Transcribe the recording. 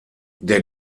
der